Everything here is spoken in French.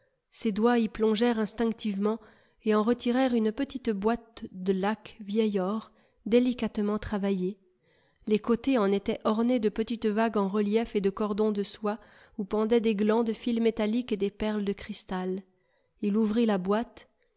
ses doigts y plongèrent instinctivement et en retirèrent une petite boîte de laque vieil or délicatement travaillée les côtés en étaient ornés de petites vagues en relief et de cordons de soie où pendaient des glands de fils métalliques et des perles de cristal il ouvrit la boîte